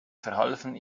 verhalfen